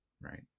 right